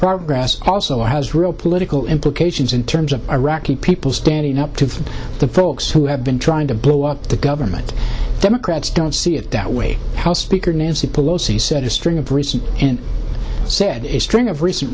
progress also has real political implications in terms of iraqi people standing up to the folks who have been trying to blow up the government democrats don't see it that way house speaker nancy pelosi said a string of recent and said a string of recent